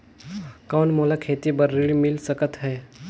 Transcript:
कौन मोला खेती बर ऋण मिल सकत है?